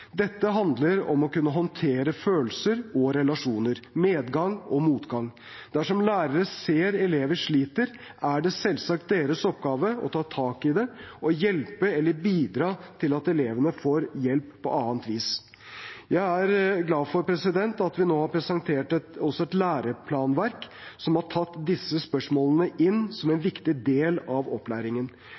Dette handler om å kunne håndtere følelser og relasjoner, medgang og motgang. Dersom lærere ser at elever sliter, er det selvsagt deres oppgave å ta tak i det og hjelpe eller bidra til at elevene får hjelp på annet vis. Jeg er glad for at vi nå har presentert et læreplanverk som har tatt disse spørsmålene inn som en viktig del av opplæringen.